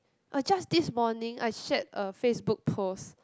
uh just this morning I shared a Facebook post